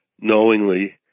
knowingly